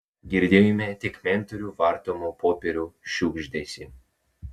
girdėjome tik mentorių vartomų popierių šiugždesį